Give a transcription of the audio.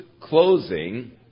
closing